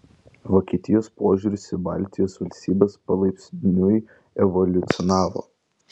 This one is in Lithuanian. vokietijos požiūris į baltijos valstybes palaipsniui evoliucionavo